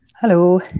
hello